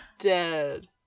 dead